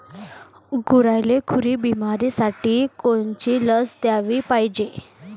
गुरांइले खुरी बिमारीसाठी कोनची लस द्याले पायजे?